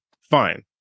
fine